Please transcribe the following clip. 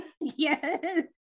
yes